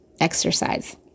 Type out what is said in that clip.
Exercise